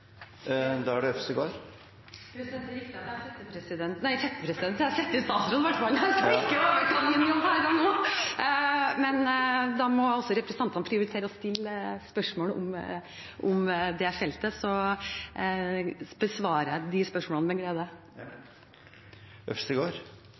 Da er det Øvstegård. Det er riktig at jeg er settepresident, nei, settestatsråd – jeg skal ikke overta presidentens jobb her og nå! Men da må representantene prioritere å stille spørsmål om det feltet, så besvarer jeg de spørsmålene